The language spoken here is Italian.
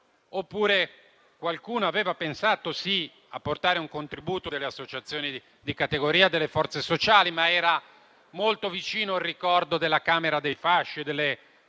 Qualcuno aveva pensato di portare un contributo delle associazioni di categoria e delle forze sociali, ma era molto vicino al ricordo della Camera dei fasci e delle